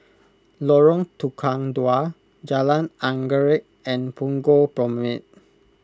Lorong Tukang Dua Jalan Anggerek and Punggol Promenade